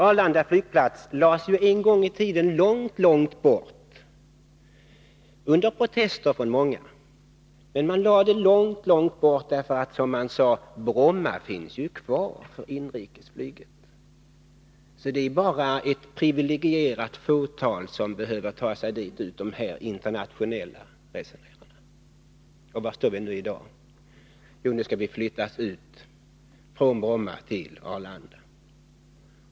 Arlanda flygplats lades ju en gång i tiden långt, långt bort — under protester från många. Man lade den långt bort därför att, som man sade, Bromma finns ju kvar för inrikesflyget, så det är bara ett privilegierat fåtal som behöver ta sig dit ut — de internationella resenärerna. Och var står vi i dag? Jo, nu skall inrikesflyget flyttas ut från Bromma till Arlanda.